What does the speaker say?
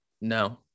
no